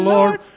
Lord